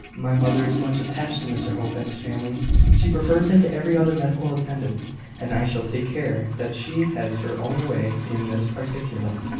my mother is much attached to mr hope and his family she prefers him to every other medical attendant and i shall take care that she has her own way in this particular.